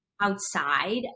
outside